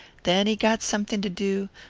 then he got something to do,